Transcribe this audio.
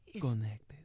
connected